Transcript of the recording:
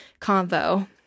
convo